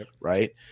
Right